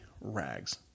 rags